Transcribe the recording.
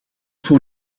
voor